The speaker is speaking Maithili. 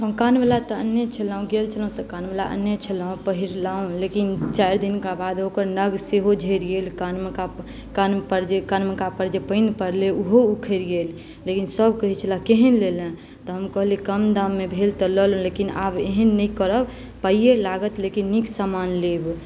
हम कान वला तऽ अनने छलहुॅं गेल छलहुॅं तऽ कान वला अनने छलौं पहिरलहुॅं लेकिन चारि दिनका बाद ओकर नग सेहो झरि गेल कान मेका कान कान पर जे कान मेका पर जे पानि परलै तऽ ओहो उखरि गेल लेकिन सब कहै छला केहन लेला तऽ हम कहलियै कम दाम मे भेल तऽ लऽ लेलहुॅं लेकिन आब एहन नहि इश करब पाइये लागत लेकिन नीक समान लेब